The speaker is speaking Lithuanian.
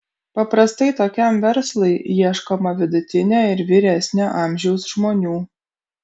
paprastai tokiam verslui ieškoma vidutinio ir vyresnio amžiaus žmonių